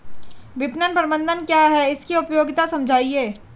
विपणन प्रबंधन क्या है इसकी उपयोगिता समझाइए?